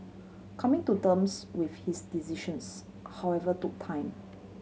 coming to terms with his decisions however took time